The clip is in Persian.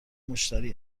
مشتری